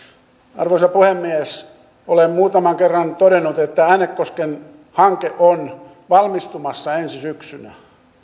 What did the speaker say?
arvoisa puhemies olen muutaman kerran todennut että äänekosken hanke on valmistumassa ensi syksynä